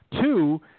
Two